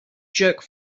jerk